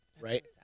Right